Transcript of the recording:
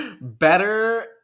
Better